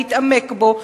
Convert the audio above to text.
להתעמק בו,